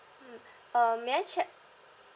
mm um may I check